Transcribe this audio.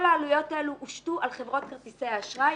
כל העלויות האלו הושתו על חברות כרטיסי האשראי.